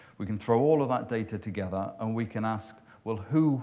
we can throw all of that data together. and we can ask, well, who